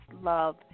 love